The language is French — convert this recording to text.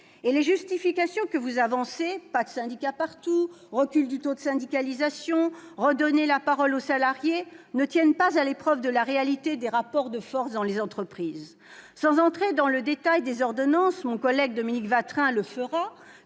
Les justifications que vous avancez -les syndicats ne sont pas présents partout, le taux de syndicalisation recule, il faut redonner la parole aux salariés -ne tiennent pas à l'épreuve de la réalité des rapports de force dans les entreprises. Sans entrer dans le détail des ordonnances, car mon collègue Dominique Watrin le fera